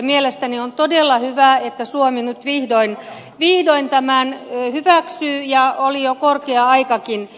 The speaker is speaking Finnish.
mielestäni on todella hyvä että suomi nyt vihdoin tämän hyväksyy oli jo korkea aikakin